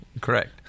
Correct